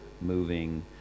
moving